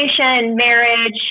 marriage